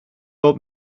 old